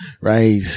right